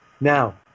Now